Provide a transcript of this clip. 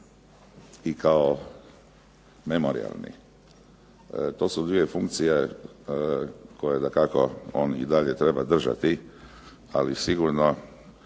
i kao memorijalni. To su dvije funkcije koje on i dalje treba držati, ali sigurno